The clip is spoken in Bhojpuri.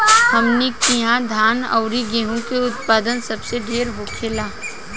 हमनी किहा धान अउरी गेंहू के उत्पदान सबसे ढेर होखेला